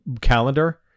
calendar